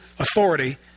Authority